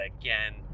again